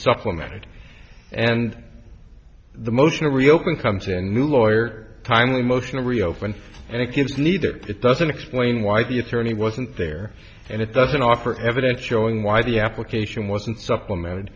supplemented and the motion to reopen come to new lawyer timely motion to reopen and it gives neither it doesn't explain why the attorney wasn't there and it doesn't offer evidence showing why the application wasn't supplemented